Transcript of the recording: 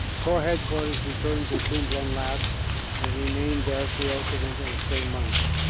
corps headquarters returned to comblain l'abbe and remained there throughout the winter and spring months,